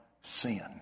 sin